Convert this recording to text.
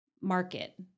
market